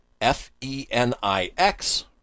f-e-n-i-x